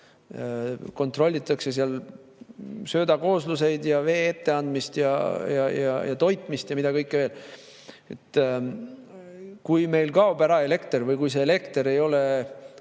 Kontrollitakse seal söödakoosluseid ja vee etteandmist ja toitmist ja mida kõike veel. Kui meil kaob ära elekter või kui see elekter ei ole